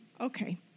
okay